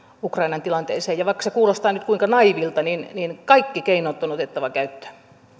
ukrainan tilanteeseen ja vaikka se kuulostaa nyt kuinka naiivilta niin niin kaikki keinot on otettava käyttöön